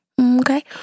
Okay